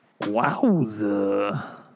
Wowza